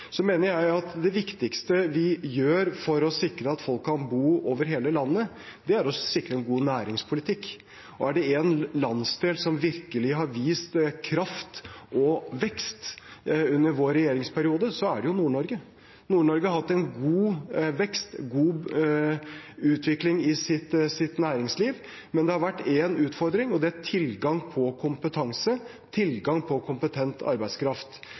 Jeg mener at det viktigste vi gjør for å sikre at folk kan bo over hele landet, er å sikre en god næringspolitikk. Er det én landsdel som virkelig har vist kraft og vekst under vår regjeringsperiode, er det Nord-Norge. Nord-Norge har hatt en god vekst, god utvikling i sitt næringsliv, men det har vært én utfordring, og det er tilgang på kompetanse, tilgang på kompetent arbeidskraft.